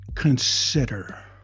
consider